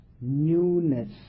newness